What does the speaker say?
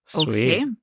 okay